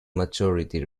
majority